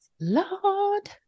Lord